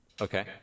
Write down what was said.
Okay